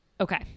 okay